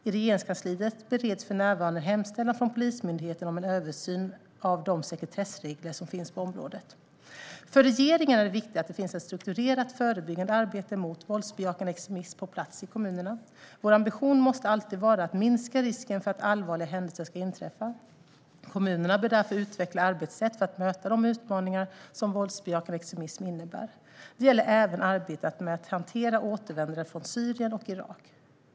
I Regeringskansliet bereds för närvarande en hemställan från Polismyndigheten om en översyn av de sekretessregler som finns på området. För regeringen är det viktigt att det finns ett strukturerat förebyggande arbete mot våldsbejakande extremism på plats i kommunerna. Vår ambition måste alltid vara att minska risken för att allvarliga händelser ska inträffa. Kommunerna bör därför utveckla arbetssätt för att möta de utmaningar som våldsbejakande extremism innebär. Det gäller även arbetet med att hantera återvändare från Syrien och Irak.